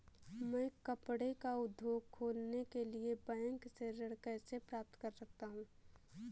मैं कपड़े का उद्योग खोलने के लिए बैंक से ऋण कैसे प्राप्त कर सकता हूँ?